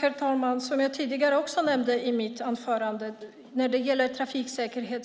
Herr talman! Som jag tidigare nämnde i mitt anförande är arbetet med trafiksäkerhet